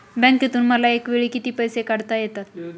बँकेतून मला एकावेळी किती पैसे काढता येतात?